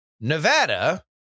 Nevada